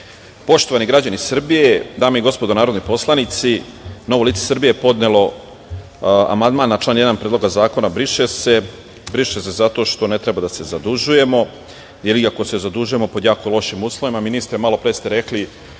Hvala. Poštovani građani Srbije, dame i gospodo narodni poslanici, Novo lice Srbije je podnelo amandman na član 1. Predloga zakona briše se. Briše se zato što ne treba da se zadužujemo jer iako se zadužujemo pod jako lošim uslovima, ministre, malopre ste rekli